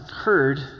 heard